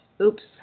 oops